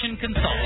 consultant